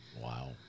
Wow